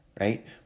right